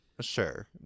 sure